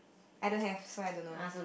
I don't have so I don't know